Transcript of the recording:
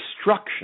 destruction